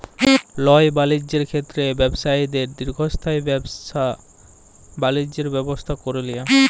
ল্যায় বালিজ্যের ক্ষেত্রে ব্যবছায়ীদের দীর্ঘস্থায়ী ব্যাবছা বালিজ্যের ব্যবস্থা ক্যরে লিয়া